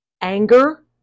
Anger